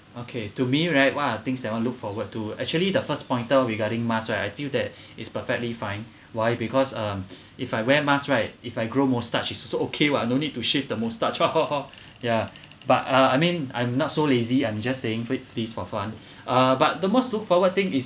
okay to me right one of things that I want to look forward to actually the first pointer regarding mask right I feel that is perfectly fine why because uh if I wear mask right if I grow moustache is also okay what no need to shave the moustache yeah but uh I mean I'm not so lazy I'm just saying this for fun ah but the most look forward thing is